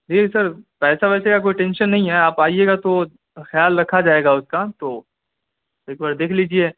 دیکھیے سر پیسا ویسے کا کوئی ٹینشن نہیں ہے آپ آئیے گا تو خیال رکھا جائے گا اس کا تو ایک بار دیکھ لیجیے